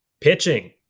pitching